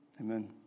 Amen